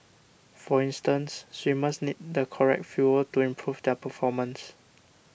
for instance swimmers need the correct fuel to improve their performance